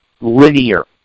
linear